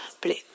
please